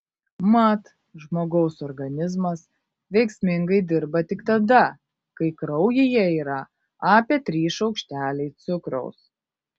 mat žmogaus organizmas veiksmingai dirba tik tada kai kraujyje yra apie trys šaukšteliai cukraus